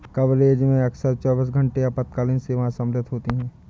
coverage में अक्सर चौबीस घंटे आपातकालीन सेवाएं शामिल होती हैं